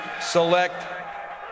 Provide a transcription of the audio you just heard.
select